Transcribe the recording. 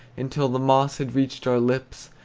until the moss had reached our lips,